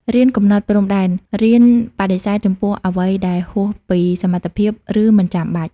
រៀនកំណត់ព្រំដែន រៀនបដិសេធចំពោះអ្វីដែលហួសពីសមត្ថភាព ឬមិនចាំបាច់។